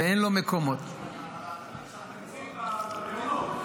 ואין לו מקומות ------ תקציב המעונות,